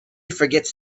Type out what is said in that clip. forgets